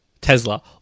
Tesla